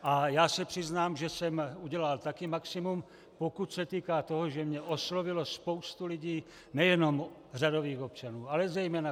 A já se přiznám, že jsem udělal taky maximum, pokud se týká toho, že mě oslovila spousta lidí, nejenom řadových občanů, ale zejména kumštýřů.